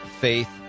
faith